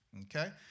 Okay